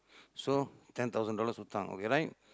so ten thousand dollars hutang okay right